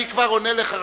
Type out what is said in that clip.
אני כבר עונה לך,